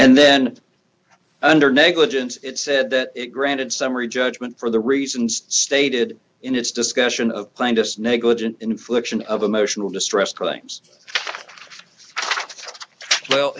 and then under negligence it said that it granted summary judgment for the reasons stated in its discussion of claimed us negligent infliction of emotional distress claims well